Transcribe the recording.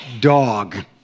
Dog